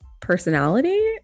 personality